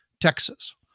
Texas